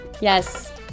Yes